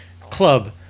club